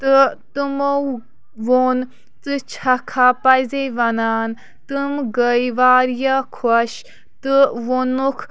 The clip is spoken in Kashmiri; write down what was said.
تہٕ تٔمو ووٚن ژٕ چھَکھا پَزی وَنان تِم گٔے واریاہ خۄش تہٕ ووٚنُکھ